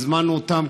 הזמנו אותם,